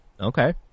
Okay